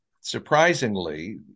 surprisingly